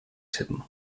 tippen